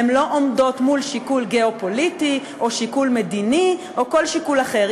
הן לא עומדות מול שיקול גיאו-פוליטי או שיקול מדיני או כל שיקול אחר.